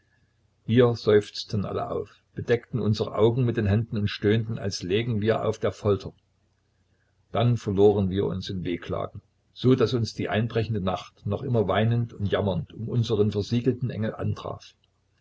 wir stöhnten alle auf bedeckten unsre augen mit den händen und stöhnten als lägen wir auf der folter dann verloren wir uns in weheklagen so daß uns die einbrechende nacht noch immer weinend und jammernd um unseren versiegelten engel antraf